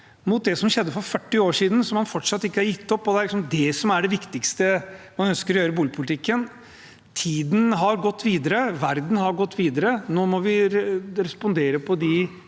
mot det som skjedde for 40 år siden, og som man fortsatt ikke har gitt opp, og det er liksom det som er det viktigste man ønsker å gjøre i boligpolitikken. Tiden har gått, verden har gått videre, og nå må vi respondere på de